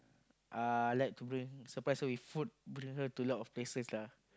uh like to bring surprise her with food bring her to a lot of places lah